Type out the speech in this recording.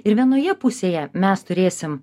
ir vienoje pusėje mes turėsim